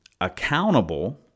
accountable